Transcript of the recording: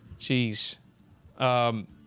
Jeez